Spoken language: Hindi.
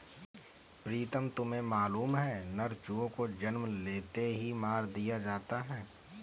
प्रीतम तुम्हें मालूम है नर चूजों को जन्म लेते ही मार दिया जाता है